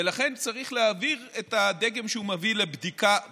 ולכן צריך להעביר את הדגם שהוא מביא לבדיקה בארץ.